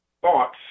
thoughts